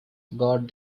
god